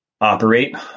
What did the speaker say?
operate